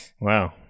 wow